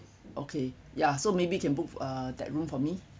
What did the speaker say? okay ya so maybe can book uh that room for me